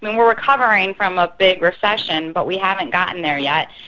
mean, we are recovering from a big recession but we haven't gotten there yet,